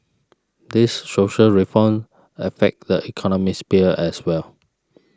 these social reforms affect the economic sphere as well